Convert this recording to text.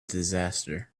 disaster